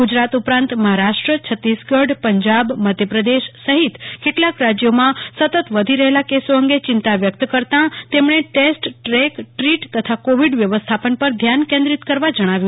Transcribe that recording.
ગુજરાત ઉપરાંત મહારાષ્ટ્ર છત્તીસગઢ પંજાબ મધ્યપ્રદેશ સહિત કેટલાંક રાજ્યોમાં સતત વધી રહેલા કેસો અંગે ચિંતા વ્યક્ત કરતાં તેમણે ટેસ્ટ ટ્રેક દ્રીટ તથા કોવિડ વ્યવસ્થાપન પર ધ્યાન કેન્દ્રિત કરવા જણાવ્યું